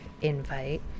invite